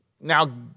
Now